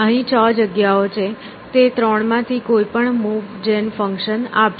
અહીં 6 જગ્યાઓ છે તે 3 માંથી કોઈપણ મૂવ જેન ફંક્શન આપશે